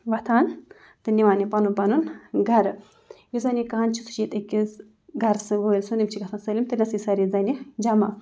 وۄتھان تہٕ نِوان یہِ پَنُن پَنُن گَرٕ یُس زَن یہِ کَنٛز چھِ سُہ چھِ ییٚتہِ أکِس گَرٕسہٕ وٲلۍ سُنٛد یِم چھِ گژھان سٲلِم تَتہِ نَسٕے سارے زَنہِ جمع